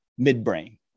midbrain